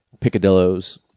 picadillos